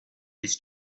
his